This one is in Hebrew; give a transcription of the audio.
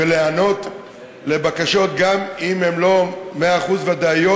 ולהיענות לבקשות גם אם הן לא 100% ודאיות,